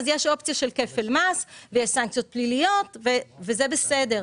אז יש אופציה של כפל מס ויש סנקציות פליליות וזה בסדר,